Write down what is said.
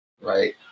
Right